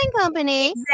company